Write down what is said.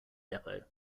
depot